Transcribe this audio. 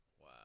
Wow